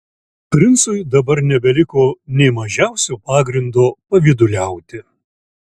princui dabar nebeliko nė mažiausio pagrindo pavyduliauti